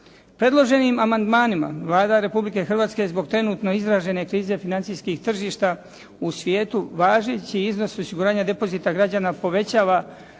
Predloženim amandmanima Vlada Republike Hrvatske je zbog trenutno izražene krize financijskih tržišta u svijetu važeći iznos osiguranja depozita građana povećava